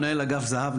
מנהל אגף זה"ב,